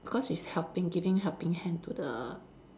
because it's helping giving helping hand to the